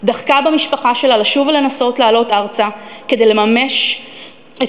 דחקה במשפחה שלה לשוב ולנסות לעלות ארצה כדי לממש את